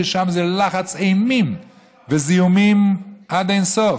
ששם זה לחץ אימים וזיהומים עד אין-סוף.